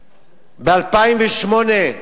ב-2008,